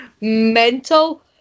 mental